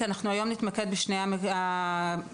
שלפחות אנחנו יכולים ושכן בשליטתנו ויכולים למזער